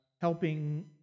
helping